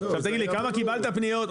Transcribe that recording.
עכשיו תגיד לי כמה קיבלת פניות,